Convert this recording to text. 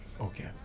okay